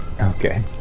Okay